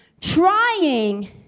trying